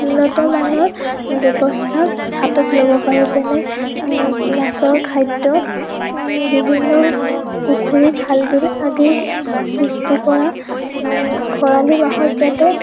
উন্নত মানৰ ব্যৱস্থা হাতত ল'ব পাৰে যেনে মাছৰ খাদ্য বিভিন্ন পুখুৰী খাল বিল আদিৰ সৃষ্টি কৰা খৰালি মাহত যাতে